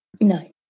No